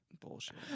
Bullshit